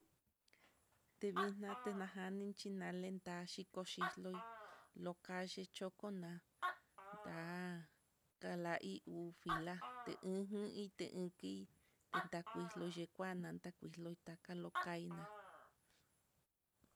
Tevixnate ñajani, xhinale ndaxhiko xhiloi lokani choko na'a, ta'a talai uu filate ujun ité eki telaxkuilo tenkua nantá takuixlo taka lontainá.